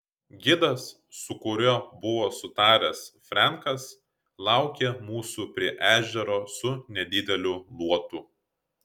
gidas su kuriuo buvo sutaręs frenkas laukė mūsų prie ežero su nedideliu luotu